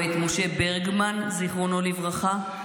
או את משה ברגמן, זיכרונו לברכה?